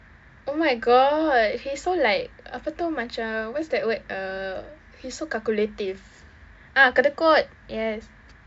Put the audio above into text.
oh my god he's so like apa itu macam what's that word uh he's so calculative ah kedekut yes